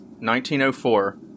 1904